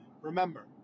Remember